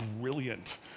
brilliant